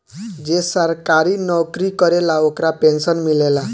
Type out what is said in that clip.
जे सरकारी नौकरी करेला ओकरा पेंशन मिलेला